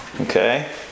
okay